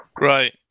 Right